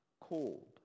cold